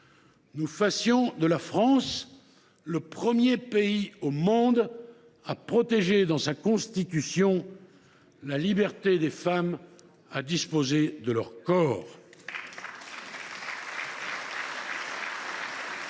nous fassions de la France le premier pays au monde à protéger dans sa Constitution la liberté des femmes à disposer de leur corps. Mesdames,